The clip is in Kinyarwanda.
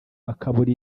bakabura